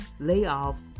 layoffs